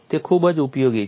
તે ખૂબ જ ઉપયોગી છે